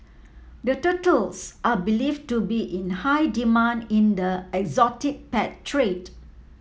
the turtles are believe to be in high demand in the exotic pet trade